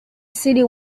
city